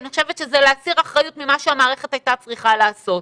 אני חושבת שזה להסיר אחריות ממה שהמערכת הייתה צריכה לעשות.